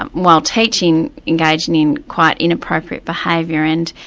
um while teaching, engaging in quite inappropriate behaviour. and,